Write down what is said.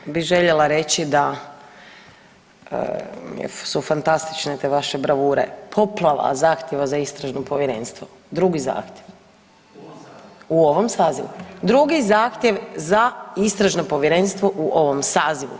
Prvo bi željela reći da su fantastične te vaše bravure, poplava zahtjeva za istražno povjerenstvo, drugi zahtjev u ovom sazivu, drugi zahtjev za istražno povjerenstvo u ovom sazivu.